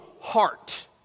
heart